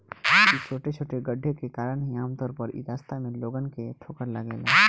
इ छोटे छोटे गड्ढे के कारण ही आमतौर पर इ रास्ता में लोगन के ठोकर लागेला